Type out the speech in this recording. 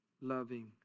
loving